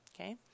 okay